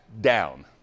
down